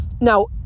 now